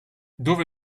dove